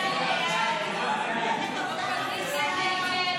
סעיף 2,